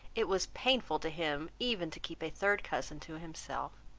it was painful to him even to keep a third cousin to himself.